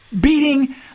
Beating